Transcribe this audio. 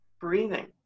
breathing